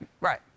Right